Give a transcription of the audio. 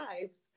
lives